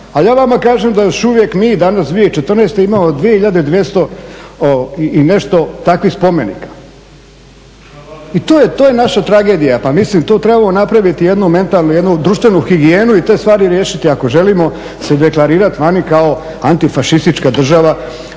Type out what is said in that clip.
Ali ja vama kažem da još uvijek mi danas 2014. imamo 2200 i nešto takvih spomenika. I to je naša tragedija. Pa mislim to trebamo napraviti jednu mentalnu, jednu društvenu higijenu i te stvari riješiti ako želimo se deklarirati vani kao antifašistička država